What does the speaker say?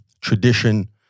tradition